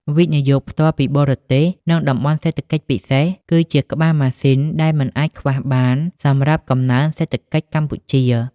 វិនិយោគផ្ទាល់ពីបរទេស និង តំបន់សេដ្ឋកិច្ចពិសេស គឺជាក្បាលម៉ាស៊ីនដែលមិនអាចខ្វះបានសម្រាប់កំណើនសេដ្ឋកិច្ចកម្ពុជា។